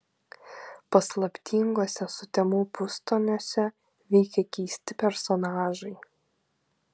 paslaptinguose sutemų pustoniuose veikia keisti personažai